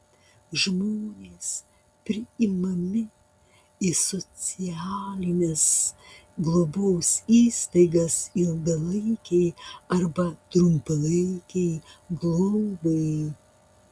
žmonės priimami į socialinės globos įstaigas ilgalaikei arba trumpalaikei globai